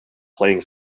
playing